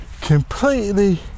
completely